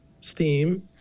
steam